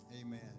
Amen